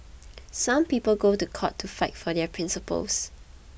some people go to court to fight for their principles